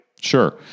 Sure